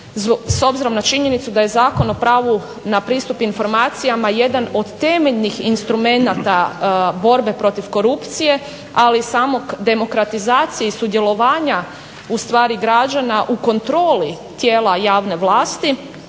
s obzirom na činjenicu da je Zakon o pravu na pristup informacijama jedan od temeljnih instrumenata borbe protiv korupcije ali i same demokratizacije i sudjelovanja ustvari građana u kontroli tijela javne vlasti.